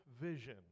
vision